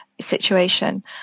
situation